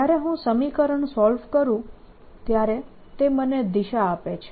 જ્યારે હું સમીકરણ સોલ્વ કરું ત્યારે તે મને દિશા આપે છે